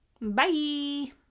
bye